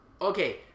Okay